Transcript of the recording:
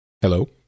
Hello